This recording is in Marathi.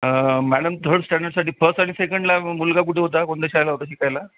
मॅडम थर्ड स्टँडडसाठी फस्ट आणि सेकंडला मुलगा कुठे होता कोणत्या शाळेला होता शिकायला